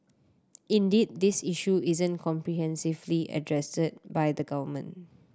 indeed this issue isn't comprehensively addressed by the government